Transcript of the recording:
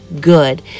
good